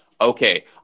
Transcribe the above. okay